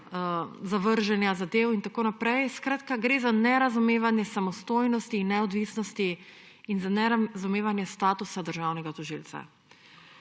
zavrženja zadev in tako naprej. Skratka, gre za nerazumevanje samostojnosti in neodvisnosti in za nerazumevanje statusa državnega tožilca.